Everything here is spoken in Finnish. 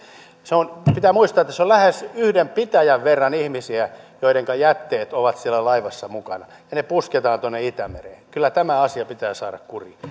pitää muistaa että se on lähes yhden pitäjän verran ihmisiä joidenka jätteet ovat siellä laivassa mukana ja ne pusketaan tuonne itämereen kyllä tämä asia pitää saada kuriin